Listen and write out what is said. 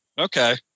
Okay